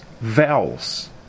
vowels